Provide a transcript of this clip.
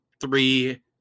three